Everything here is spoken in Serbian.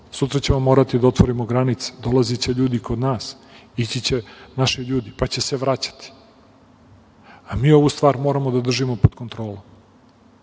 Sutra ćemo morati da otvorimo granice, dolaziće ljudi i kod nas, ići će naši ljudi, pa će se vraćati, a mi ovu stvar moramo da držimo pod kontrolom.